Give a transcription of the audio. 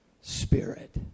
spirit